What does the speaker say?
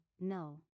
no